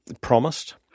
promised